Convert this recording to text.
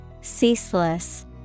Ceaseless